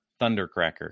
Thundercracker